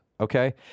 okay